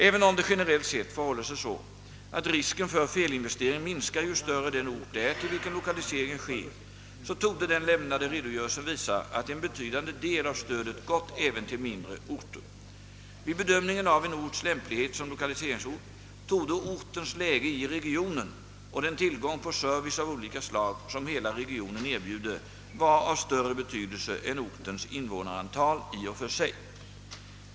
Även om det generellt sett förhåller sig så att risken för felinvestering minskar ju större den ort är till vilken lokaliseringen sker, så torde den lämnade redogörelsen visa att en betydande del av stödet gått även till mindre orter. Vid bedömningen av en orts lämplighet som lokaliseringsort torde ortens läge i regionen och den tillgång på service av olika slag som hela regionen erbjuder vara av större betydelse än ortens invånarantal i och för sig.